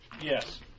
Yes